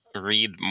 read